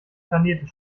planeten